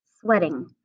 sweating